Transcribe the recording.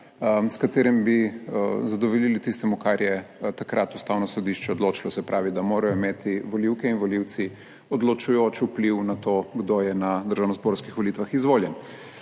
s katerim bi zadovoljili tistemu, kar je takrat ustavno sodišče odločilo, se pravi, da morajo imeti volivke in volivci odločujoč vpliv na to, kdo je na državnozborskih volitvah izvoljen.